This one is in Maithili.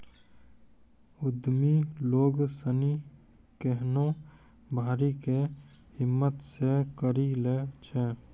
उद्यमि लोग सनी केहनो भारी कै हिम्मत से करी लै छै